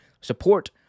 support